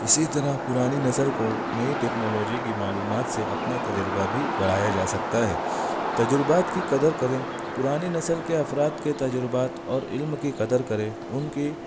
اسی طرح پرانی نسل کو نئی ٹیکنالوجی کی معلومات سے اپنا تجربہ بھی بڑھایا جا سکتا ہے تجربات کی قدرکریں پرانی نسل کے افراد کے تجربات اور علم کی قدر کریں ان کی